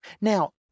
now